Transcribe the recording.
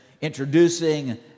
introducing